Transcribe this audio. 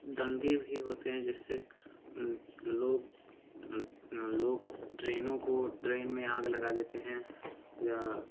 दंगे भी होते हैं जिससे लोग लोग ट्रेनों को ट्रेन में आग लगा देते हैं या